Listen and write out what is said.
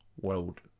world